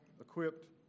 equipped